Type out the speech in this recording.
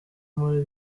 muri